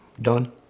done